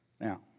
Now